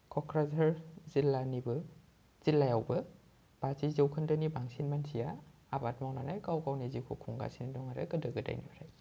क'क्राझार जिल्लानिबो जिल्लायावबो बाजि जौखोन्दोनि बांसिन मानसिआ आबाद मावनानै गाव गावनि जिउखौ खुंगासिनो दं आरो गोदो गोदायनिफ्रायनो